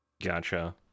Gotcha